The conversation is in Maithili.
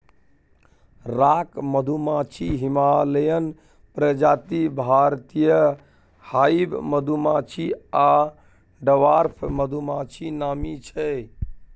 राँक मधुमाछी, हिमालयन प्रजाति, भारतीय हाइब मधुमाछी आ डवार्फ मधुमाछी नामी छै